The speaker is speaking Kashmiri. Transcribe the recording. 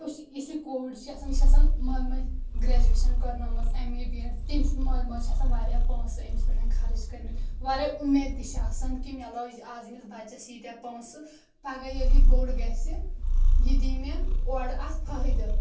وٕچھ یُس یہِ کوٗر چھِ آسان یہِ چھِ آسَان مٲلۍ مٲج گرٮ۪جویشَن کَرنٲومٕژ اٮ۪م اے بی اٮ۪ڈ تٔمۍ سٕنٛد مٲلۍ مٲج چھِ آسَان واریاہ پونٛسہٕ أمِس پٮ۪ٹھ خَرٕچ کٔرۍ مٕتۍ واریاہ اُمید تہِ چھ آسَان کہ مےٚ لٔج آز أمِس بَچَس ییٖتیٛاہ پونٛسہٕ پَگہہ ییٚلہِ یہِ بوٚڈ گَژھِ یہِ دی مےٚ اورٕ اَتھ فٲیدٕ